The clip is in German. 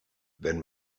wenn